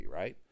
right